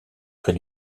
pris